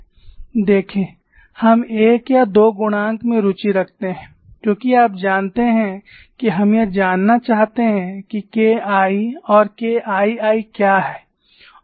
देखें हम एक या दो गुणांक में रुचि रखते हैं क्योंकि आप जानते हैं कि हम यह जानना चाहते हैं कि KI और KII क्या है